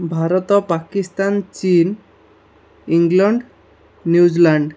Bharat Pakistan Chin England New Zealand